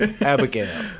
Abigail